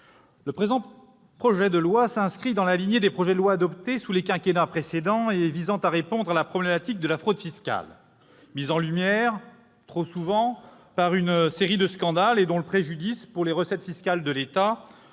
le présent projet de loi s'inscrit dans la lignée des projets adoptés sous les quinquennats précédents et visant à répondre à la problématique de la fraude fiscale, mise en lumière, trop souvent, par une série de scandales, et dont le préjudice pour les recettes fiscales de l'État